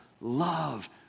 love